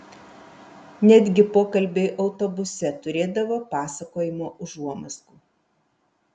netgi pokalbiai autobuse turėdavo pasakojimo užuomazgų